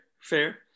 fair